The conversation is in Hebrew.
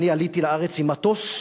אני עליתי לארץ במטוס,